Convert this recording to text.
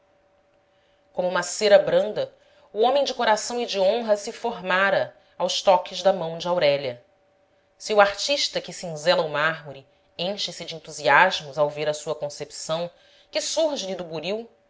como uma cera branda o homem de coração e de honra se formara aos toques da mão de aurélia se o artista que cinzela o mármore enche-se de entusiasmos ao ver a sua concepção que surge lhe do buril